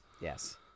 yes